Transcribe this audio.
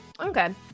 Okay